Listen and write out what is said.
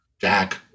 Jack